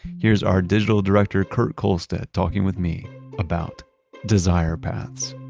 here's our digital director, kurt kohlstedt, talking with me about desire paths